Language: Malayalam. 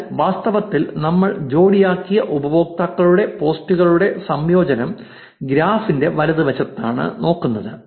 അതിനാൽ വാസ്തവത്തിൽ നമ്മൾ ജോടിയാക്കിയ ഉപയോക്താക്കളുടെ പോസ്റ്റുകളുടെ സംയോജനം ഗ്രാഫിന്റെ വലതുവശത്താണ് നോക്കുന്നത്